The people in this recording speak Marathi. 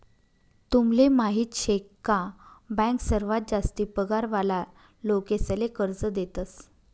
तुमले माहीत शे का बँक सर्वात जास्ती पगार वाला लोकेसले कर्ज देतस